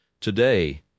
Today